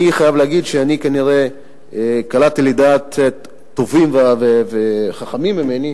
אני חייב להגיד שאני כנראה קלעתי לדעת טובים וחכמים ממני,